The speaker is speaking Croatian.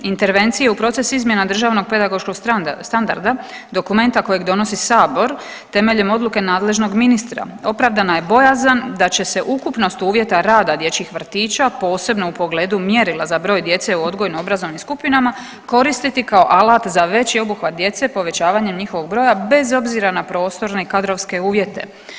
Intervencije u proces izmjena državnog pedagoškog standarda dokumenta kojeg donosi Sabor temeljem odluke nadležnog ministra opravdana je bojazan da će se ukupnost uvjeta rada dječjih vrtića posebno u pogledu mjerila za broj djece u odgojno obrazovnim skupinama koristiti kao alat za veći obuhvat djece povećavanjem njihovog broja bez obzira na prostorne i kadrovske uvjete.